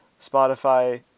Spotify